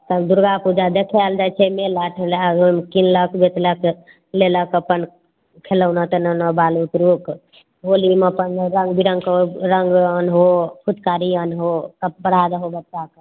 तब दुर्गापूजा दखै लए जाइ छै मेला ठेला होल किनलक बेचलक लेलक अपन खिलौना तिलौना बाल बुतरूक होलीमे अपन रङ्ग बिरङ्गके रङ्ग अनहो फुचकारी अनहो कपड़ा अनहो बच्चा कऽ